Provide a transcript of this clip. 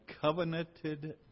covenanted